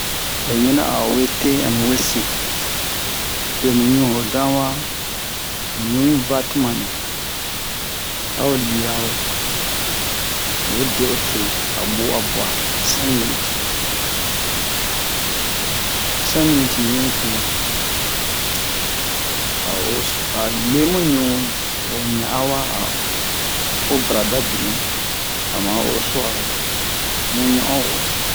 oyi minian a o hu'e te ani we sin be mu ɲu ho dan-wa mu ɲu yi va tuma-nɛ a o lira ho yo de'o te a ɓu'a bua cinq minutes cinq minutes ɲu yi tu'u a o le mu ɲu ho ɲa'a wa a o barada binu'in ama o o su'aro mu ɲon'owo